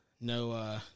no